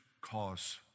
cause